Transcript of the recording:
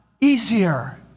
easier